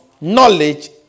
knowledge